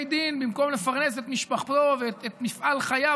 דין במקום לפרנס את משפחתו ואת מפעל חייו,